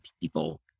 people